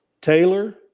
Taylor